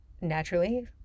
naturally